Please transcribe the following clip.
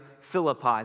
Philippi